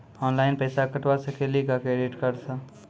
Online पैसा कटवा सकेली का क्रेडिट कार्ड सा?